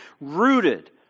Rooted